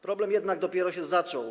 Problem jednak dopiero się zaczął.